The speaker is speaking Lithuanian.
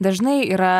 dažnai yra